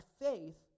faith